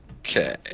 Okay